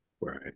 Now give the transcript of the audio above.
Right